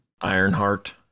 Ironheart